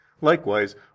Likewise